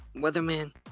weatherman